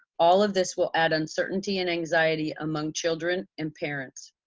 all of this will add uncertainty and anxiety among children and parents.